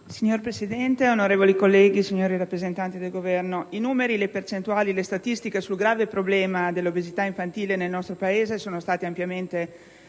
Signor Presidente, onorevoli colleghi, signori rappresentanti del Governo, i numeri, le percentuali, le statistiche sul grave problema dell'obesità infantile nel nostro Paese sono stati ampiamente riportati